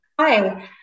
Hi